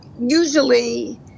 usually